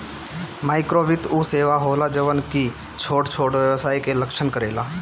माइक्रोवित्त उ सेवा होला जवन की छोट छोट व्यवसाय के लक्ष्य करेला